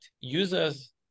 users